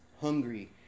Hungry